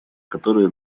которые